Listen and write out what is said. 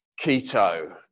keto